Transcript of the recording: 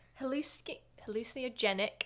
hallucinogenic